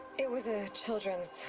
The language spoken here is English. it was a. children's.